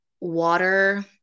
water